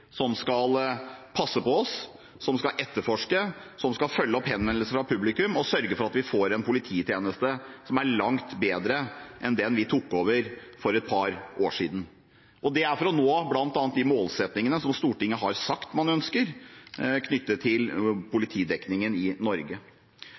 som skal passe på oss, etterforske, følge opp henvendelser fra publikum og sørge for at vi får en polititjeneste som er langt bedre enn den man tok over for et par år siden. Dette er gjort for å nå målsettingene Stortinget har sagt at man har knyttet til politidekningen i Norge.